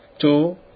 two